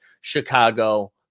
Chicago